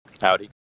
Howdy